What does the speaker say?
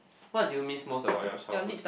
what do you miss most about your childhood